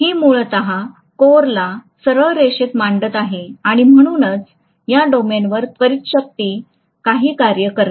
हि मूलत कोर ला सरळ ओळीत मांडत आहे आणि म्हणूनच या डोमेनवर त्वरित शक्ती काही कार्य करते